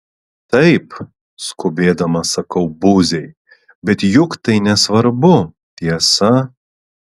taip skubėdamas sakau buziai bet juk tai nesvarbu tiesa